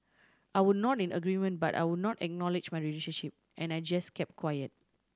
I would nod in agreement but I would not acknowledge my relationship and I just kept quiet